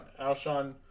Alshon